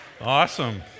Awesome